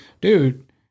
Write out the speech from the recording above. dude